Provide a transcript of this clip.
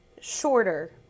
shorter